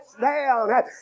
down